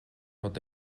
rud